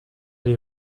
die